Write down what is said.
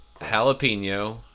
Jalapeno